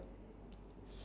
it's about